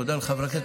תודה לחברי הכנסת,